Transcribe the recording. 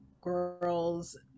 girls